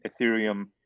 Ethereum